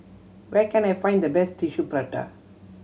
where can I find the best Tissue Prata